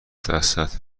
دستت